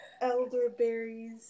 Elderberries